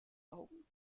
augen